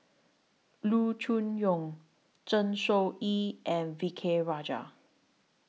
Loo Choon Yong Zeng Shouyin and V K Rajah